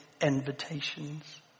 invitations